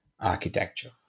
architecture